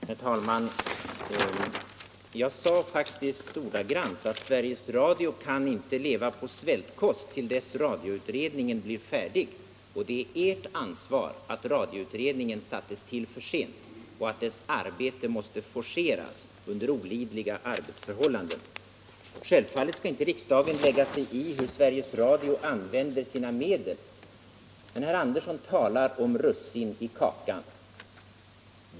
Herr talman! Jag sade faktiskt ordagrant att Sveriges Radio kan inte leva på svältkost till dess radioutredningen blir färdig, och det är ert ansvar på socialdemokratiskt håll att radioutredningen sattes till för sent och att dess arbete måste forceras under olidliga arbetsförhållanden. Självfallet skall inte riksdagen lägga sig i hur Sveriges Radio använder sina medel. Men herr Andersson i Lycksele talar om russin i kakan.